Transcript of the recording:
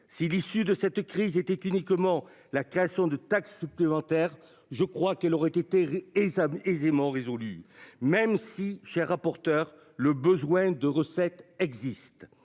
si l'issue de cette crise était uniquement la création de taxes supplémentaires. Je crois qu'elle aurait été et Isabelle aisément résolu, même si cher rapporteur le besoin de recettes existe